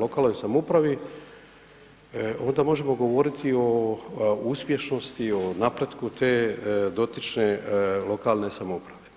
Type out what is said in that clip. lokalnoj samoupravi, onda možemo govoriti o uspješnosti o napretku te dotične lokalne samouprave.